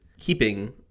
Keeping